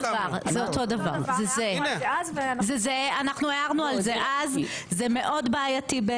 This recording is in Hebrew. הערנו אז שזה מאוד בעייתי,